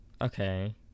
Okay